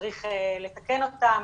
צריך לתקן אותם.